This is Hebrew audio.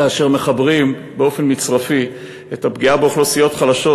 כאשר מחברים באופן מצרפי את הפגיעה באוכלוסיות חלשות,